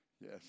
Yes